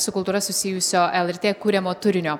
su kultūra susijusio lrt kuriamo turinio